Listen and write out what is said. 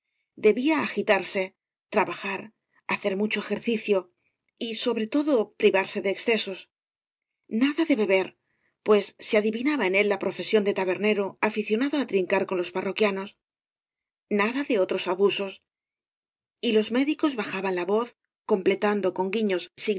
debía agitarse tra bajar hacer mucho ejercicio y sobre todo privarse de excesos nada de beber pues se adivinaba en él la profesión de tabernero aficionado á trincar con les parroquianos nada de otros abu v blasco ibáñbz t los médicos bajaban la voz completando con guiños